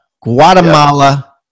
Guatemala